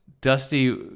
dusty